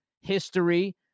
history